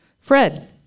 Fred